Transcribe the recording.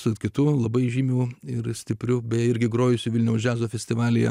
su kitų labai žymių ir stiprių bei irgi grojusių vilniaus džiazo festivalyje